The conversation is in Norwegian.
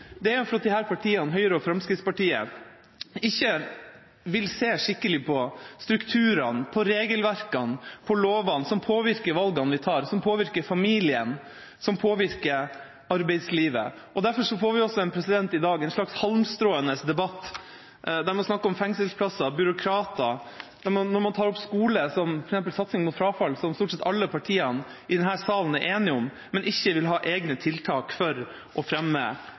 er fordi disse partiene, Høyre og Fremskrittspartiet, ikke vil se skikkelig på strukturene, regelverkene og lovene som påvirker valgene vi tar, og som påvirker familien og arbeidslivet. Derfor får vi i dag en slags halmstråenes debatt, der man snakker om fengselsplasser, byråkrater og tar opp skole, f.eks. i forbindelse med satsing på å få ned frafall, som stort sett alle partiene i denne salen er enige om, men ikke vil ha egne tiltak for å fremme